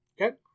Okay